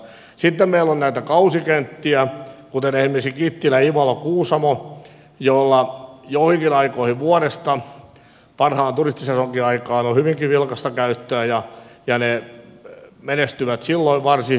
sitten meillä on näitä kausikenttiä kuten esimerkiksi kittilä ivalo kuusamo joilla joihinkin aikoihin vuodesta parhaaseen turistisesonkiaikaan on hyvinkin vilkasta käyttöä ja ne menestyvät silloin varsin hyvin